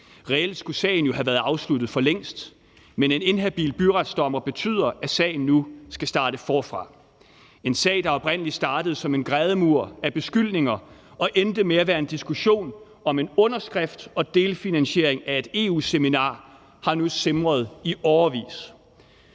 Reelt skulle sagen jo have været afsluttet for længst, men en inhabil byretsdommer betyder, at sagen nu skal starte forfra. En sag, der oprindelig startede som en grædemur af beskyldninger og endte med at være en diskussion om en underskrift og delfinansiering af et EU-seminar, har nu simret i årevis.